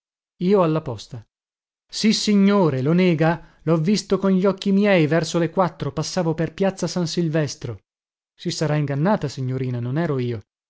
io alla posta sissignore lo nega lho visto con gli occhi miei verso le quattro passavo per piazza san silvestro si sarà ingannata signorina non ero io